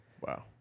wow